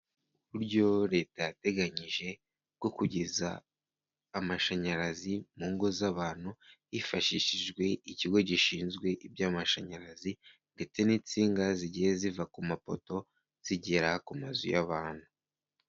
Uburyo leta yateganyije bwo kugeza amashanyarazi mu ngo z'abantu, hifashishijwe ikigo gishinzwe iby'amashanyarazi ndetse n'insinga zigiye ziva ku mapoto, zigera ku mazu y'abantu.